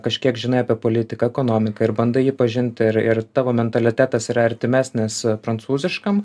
kažkiek žinai apie politiką ekonomiką ir bandai jį pažint ir ir tavo mentalitetas yra artimesnis prancūziškam